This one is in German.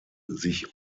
sich